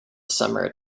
summer